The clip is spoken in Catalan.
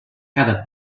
cada